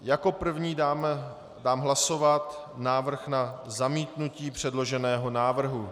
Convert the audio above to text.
Jako první dám hlasovat návrh na zamítnutí předloženého návrhu.